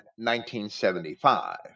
1975